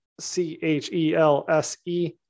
C-H-E-L-S-E